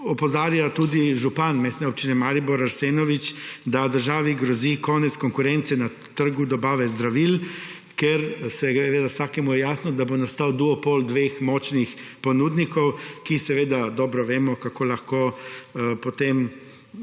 pod ceno. Tudi župan Mestne občine Maribor Arsenovič opozarja, da državi grozi konec konkurence na trgu dobave zdravil. Seveda, vsakemu je jasno, da bo nastal duopol dveh močnih ponudnikov, in dobro vemo, kako lahko potem